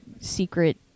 secret